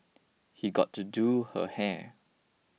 he got to do her hair